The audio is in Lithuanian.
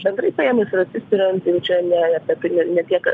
bendrai paėmus ir atsispiriant jau čia ne apie ne tiek